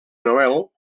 noel